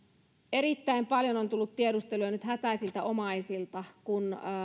erittäin paljon on tullut tiedusteluja nyt hätäisiltä omaisilta kun